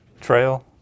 trail